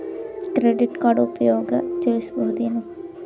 Credit card ಉಪಯೋಗ ತಿಳಸಬಹುದೇನು?